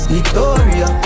Victoria